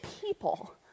people